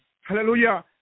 hallelujah